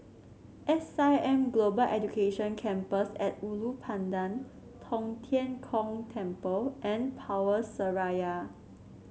S I M Global Education Campus at Ulu Pandan Tong Tien Kung Temple and Power Seraya